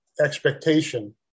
expectation